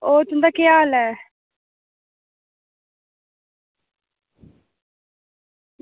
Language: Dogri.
होर तुंदा केह् हाल ऐ